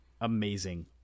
amazing